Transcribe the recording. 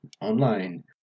online